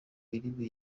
ibiribwa